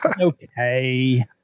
Okay